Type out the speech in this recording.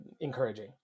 encouraging